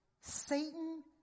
Satan